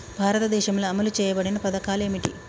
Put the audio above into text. భారతదేశంలో అమలు చేయబడిన పథకాలు ఏమిటి?